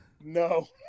No